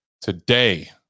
Today